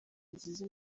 nziza